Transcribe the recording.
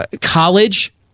college